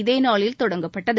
இதே நாளில் தொடங்கப்பட்டது